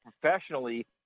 professionally